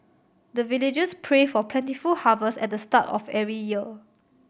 the villagers pray for plentiful harvest at the start of every year